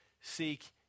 seek